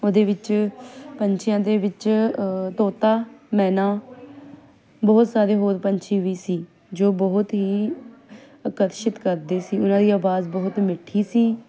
ਉਹਦੇ ਵਿੱਚ ਪੰਛੀਆਂ ਦੇ ਵਿੱਚ ਤੋਤਾ ਮੈਨਾ ਬਹੁਤ ਸਾਰੇ ਹੋਰ ਪੰਛੀ ਵੀ ਸੀ ਜੋ ਬਹੁਤ ਹੀ ਆਕਰਸ਼ਿਤ ਕਰਦੇ ਸੀ ਉਹਨਾਂ ਦੀ ਆਵਾਜ਼ ਬਹੁਤ ਮਿੱਠੀ ਸੀ